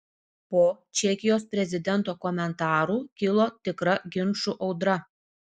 po čekijos prezidento komentarų kilo tikra ginčų audra